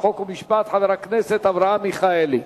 חוק ומשפט חבר הכנסת אברהם מיכאלי.